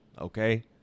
Okay